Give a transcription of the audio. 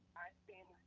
i stand